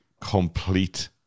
complete